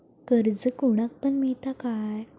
कर्ज कोणाक पण मेलता काय?